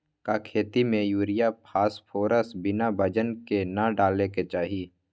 का खेती में यूरिया फास्फोरस बिना वजन के न डाले के चाहि?